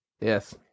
Yes